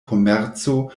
komerco